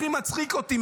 הכי מצחיק אותי,